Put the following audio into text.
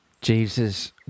Jesus